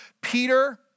Peter